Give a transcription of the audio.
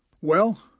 Well